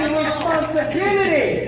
responsibility